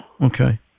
Okay